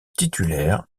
titulaire